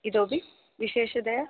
इतोऽपि विशेषतया